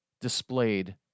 displayed